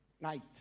night